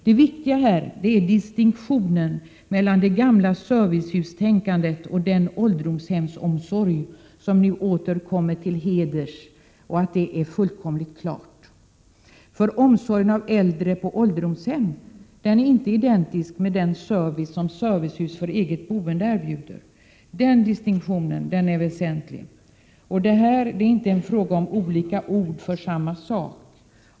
Det viktiga här är att distinktionen mellan det gamla servicehustänkandet och ålderdomshemsomsorgen som nu åter kommer till heders är fullkomligt klar. Omsorgen om äldre på ålderdomshem är inte identisk med den service som servicehus för eget boende erbjuder. Den distinktionen är väsentlig. Här är det inte fråga om olika ord för samma sak.